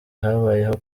habayeho